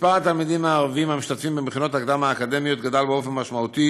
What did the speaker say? מספר התלמידים הערבים המשתתפים במכינות הקדם-אקדמיות גדל משמעותית